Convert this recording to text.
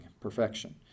perfection